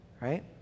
right